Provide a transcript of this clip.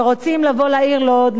שרוצים לבוא לעיר לוד,